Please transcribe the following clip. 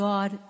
God